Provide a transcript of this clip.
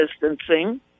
distancing